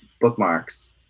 bookmarks